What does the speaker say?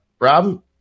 Rob